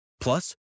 Plus